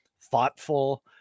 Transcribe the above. thoughtful